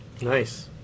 nice